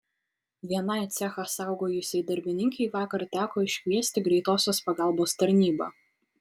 vienai cechą saugojusiai darbininkei vakar teko iškviesti greitosios pagalbos tarnybą